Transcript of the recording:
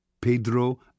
Pedro